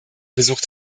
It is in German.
besucht